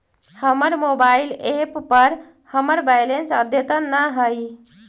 हमर mobile app पर हमर बैलेंस अद्यतन ना हई